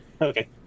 Okay